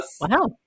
Wow